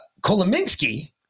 Kolominsky